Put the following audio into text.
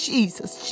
Jesus